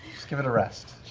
just give it a rest.